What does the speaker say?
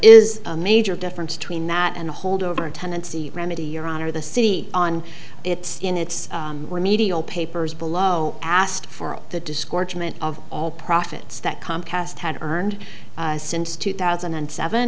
is a major difference between that and a holdover tenancy remedy your honor the city on its in its remedial papers below asked for the discouragement of all profits that comcast had earned since two thousand and seven